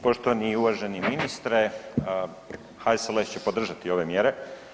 Poštovani i uvaženi ministre, HSLS će podržati ove mjere.